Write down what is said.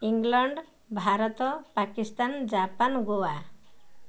England Bharat Pakistan Japan Goa